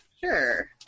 Sure